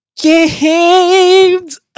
Games